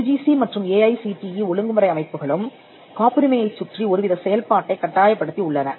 UGC மற்றும் AICTE ஒழுங்குமுறை அமைப்புகளும் காப்புரிமையைச் சுற்றி ஒருவித செயல்பாட்டைக் கட்டாயப்படுத்தி உள்ளன